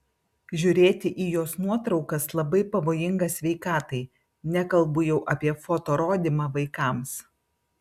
žiūrėti į jos nuotraukas labai pavojinga sveikatai nekalbu jau apie foto rodymą vaikams